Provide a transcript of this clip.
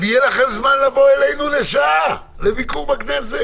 ויהיה לכם זמן לבוא אלינו לשעה לביקור בכנסת.